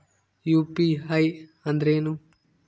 UPI ಅಂದ್ರೇನು?